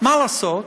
מה לעשות,